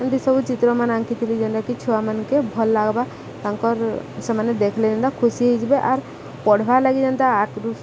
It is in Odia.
ଏମିତି ସବୁ ଚିତ୍ରମାନେ ଆଙ୍କିଥିଲି ଯେନ୍ଟାକି ଛୁଆମାନକେ ଭଲ ଲାଗବା ତାଙ୍କର ସେମାନେ ଦେଖିଲେ ଯେନ୍ତା ଖୁସି ହେଇଯିବେ ଆର୍ ପଢ଼ବାର୍ ଲାଗି ଯେନ୍ତା ଆ